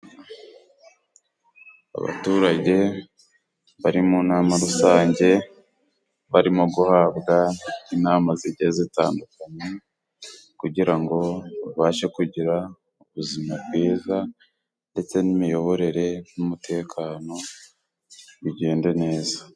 Abaturage bari mu nama rusange barimo guhabwa inama zigiye zitandukanye kugira ngo babashe kugira ubuzima bwiza ndetse n'imiyoborere n'umutekano bigende neza.